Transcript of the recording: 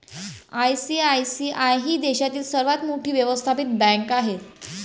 ICICI ही देशातील सर्वात मोठी व्यावसायिक बँक आहे